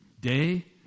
day